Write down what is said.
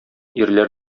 ирләр